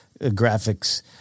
graphics